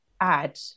add